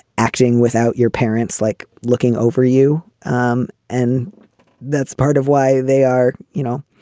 acting without your parents, like looking over you um and that's part of why they are, you know,